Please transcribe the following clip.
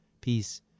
Peace